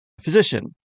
physician